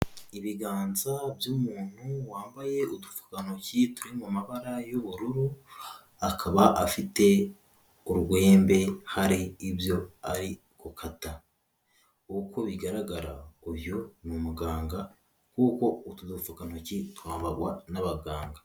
Ibiganza by'umuntu wambaye udupfukantoki turi mu mabara y'ubururu, akaba afite urwembe hari ibyo ari gukata, uko bigaragara uyu ni umuganga kuko utu dupfukantoki twambagwa n'abaganga.